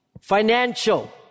financial